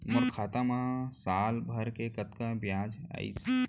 मोर खाता मा साल भर के कतका बियाज अइसे?